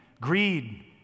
greed